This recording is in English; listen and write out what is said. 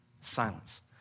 Silence